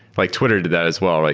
like twitter did that as well, right?